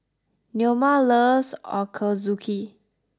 Neoma loves Ochazuke